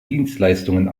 dienstleistungen